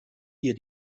hier